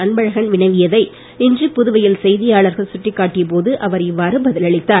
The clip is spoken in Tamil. அன்பழகன் வினவியதை இன்று புதுவையில் செய்தியாளர்கள் சுட்டிக்காட்டிய போது அவர் இவ்வாறு பதில் அளித்தார்